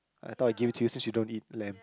I thought I give it to you since you don't eat lamb